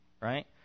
right